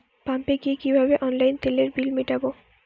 পাম্পে গিয়ে কিভাবে অনলাইনে তেলের বিল মিটাব?